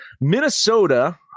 Minnesota